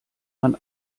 man